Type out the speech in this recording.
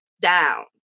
down